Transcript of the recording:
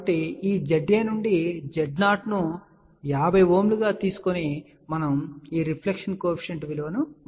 కాబట్టి ఈ ZA నుండి మరియు Z0 ను 50Ω గా తీసుకొని మనం ఈ రిఫ్లెక్షన్ కోఎఫిషియంట్ విలువను మరియు VSWR ను3